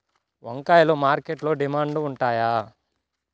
వంకాయలు మార్కెట్లో డిమాండ్ ఉంటాయా?